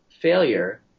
failure